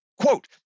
Quote